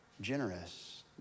generous